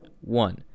One